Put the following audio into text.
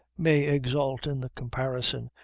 may exult in the comparison,